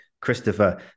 Christopher